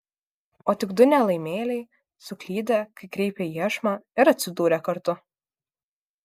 o tik du nelaimėliai suklydę kai kreipė iešmą ir atsidūrę kartu